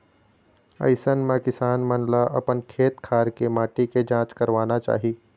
अइसन म किसान मन ल अपन खेत खार के माटी के जांच करवाना चाही